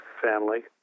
family